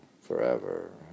forever